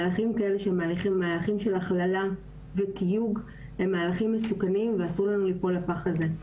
מהלכים כאלה של הכללה ותיוג הם מהלכים מסוכנים ואסור לנו ליפול לפח הזה.